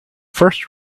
first